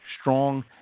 Strong